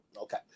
Okay